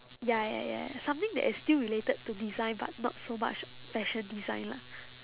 ya ya ya ya something that is still related to design but not so much fashion design lah